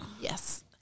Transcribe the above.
yes